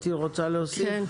אתי, רוצה להוסיף?